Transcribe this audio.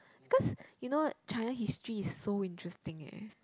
because you know China history is so interesting leh